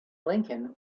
lincoln